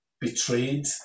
betrayed